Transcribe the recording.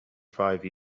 five